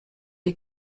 les